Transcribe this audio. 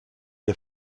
der